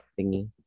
Thingy